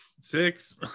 six